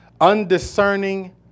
undiscerning